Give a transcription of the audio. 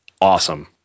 awesome